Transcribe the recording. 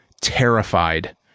terrified